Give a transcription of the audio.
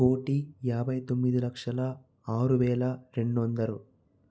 కోటి యాభై తొమ్మిది లక్షల ఆరువేల రెండు వందలు